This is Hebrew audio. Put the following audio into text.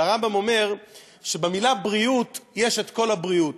אבל הרמב"ם אומר שבמילה בריאות יש את כל הבריאות.